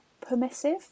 permissive